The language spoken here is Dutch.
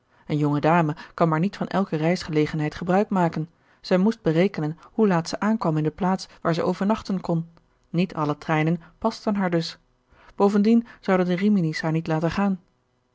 een jonge dame kan maar niet van elke reisgelegenheid gebruik maken zij moest berekenen hoe laat zij aankwam in de plaats waar zij overnachten kon niet alle treinen pasten haar dus bovendien zouden de rimini's haar niet laten gaan